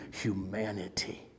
humanity